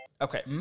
okay